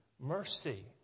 Mercy